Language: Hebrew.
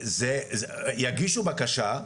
יגישו בקשה,